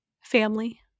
family